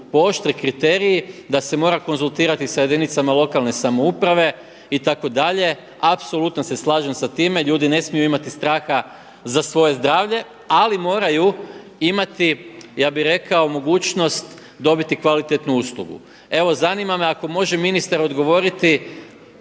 pooštre kriteriji da se mora konzultirati sa jedinicama lokalne samouprave itd. Apsolutno se slažem sa time, ljudi ne smiju imati straha za svoje zdravlje, ali moraju imati ja bi rekao mogućnost dobiti kvalitetnu uslugu. Evo zanima me ako može ministar odgovoriti